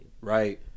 Right